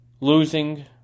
losing